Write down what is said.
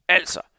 Altså